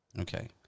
Okay